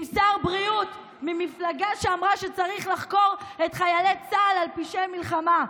עם שר בריאות ממפלגה שאמרה שצריך לחקור את חיילי צה"ל על פשעי מלחמה,